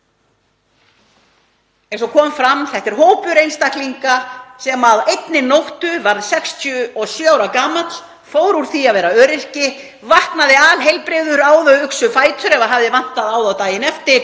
Eins og kom fram er þetta hópur einstaklinga sem á einni nóttu varð 67 ára gamall, fór úr því að vera öryrki og vaknaði alheilbrigður, á hann uxu fætur ef þá hafði vantað daginn eftir,